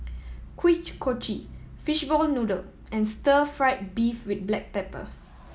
Kuih Kochi fishball noodle and stir fried beef with black pepper